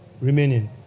Remaining